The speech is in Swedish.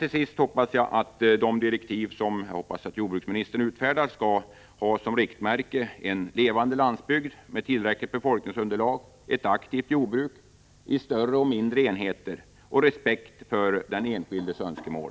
Till sist hoppas jag att de direktiv som jag förväntar att jordbruksministern utfärdar skall ha som riktmärke en levande landsbygd med tillräckligt befolkningsunderlag, ett aktivt jordbruk i större och mindre enheter och respekt för den enskildes önskemål.